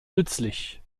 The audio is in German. nützlich